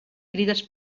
crides